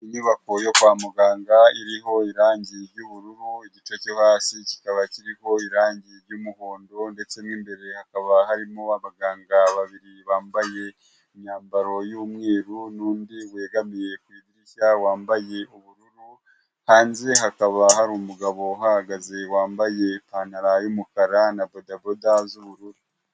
Inyubako yo kwa muganga iriho irangi ry'ubururu, igice cyo hasi kikaba kiriho irangi ry'umuhondo, ndetse mo imbere hakaba harimo abaganga babiri bambaye imyambaro y'umweru, n'undi wegamiye ku idirishya wambaye ubururu. Hanze hakaba hari umugabo uhahagaze wambaye ipantaro y'umukara na bodaboda z'ubururu.